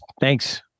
Thanks